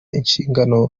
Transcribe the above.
inshingano